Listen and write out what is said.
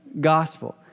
gospel